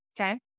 Okay